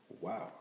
Wow